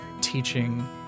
teaching